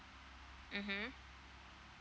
mmhmm